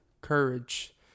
courage